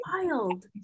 wild